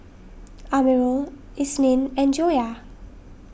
Amirul Isnin and Joyah